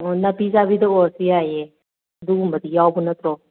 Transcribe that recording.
ꯑꯣ ꯅꯥꯄꯤ ꯆꯥꯕꯤꯗ ꯑꯣꯏꯔꯁꯨ ꯌꯥꯏꯌꯦ ꯑꯗꯨꯒꯨꯝꯕꯗꯤ ꯌꯥꯎꯕ ꯅꯠꯇ꯭ꯔꯣ